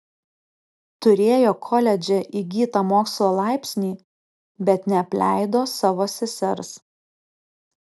turėjo koledže įgytą mokslo laipsnį bet neapleido savo sesers